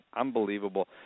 unbelievable